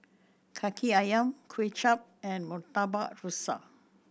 Kaki Ayam Kuay Chap and Murtabak Rusa